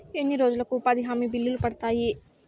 ఎన్ని రోజులకు ఉపాధి హామీ బిల్లులు పడతాయి?